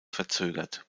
verzögert